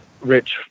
rich